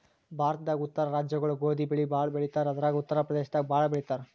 ಭಾರತದಾಗೇ ಉತ್ತರ ರಾಜ್ಯಗೊಳು ಗೋಧಿ ಬೆಳಿ ಭಾಳ್ ಬೆಳಿತಾರ್ ಅದ್ರಾಗ ಉತ್ತರ್ ಪ್ರದೇಶದಾಗ್ ಭಾಳ್ ಬೆಳಿತಾರ್